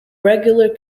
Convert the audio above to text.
regular